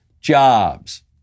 jobs